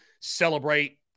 celebrate